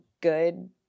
good